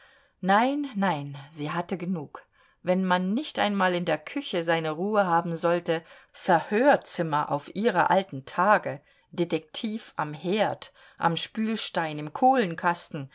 nein nein sie hatte genug wenn man nicht einmal in der küche seine ruhe haben sollte verhörzimmer auf ihre alten tage detektiv am herd am spülstein im